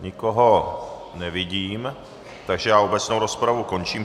Nikoho nevidím, takže obecnou rozpravu končím.